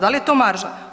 Da li je to marža?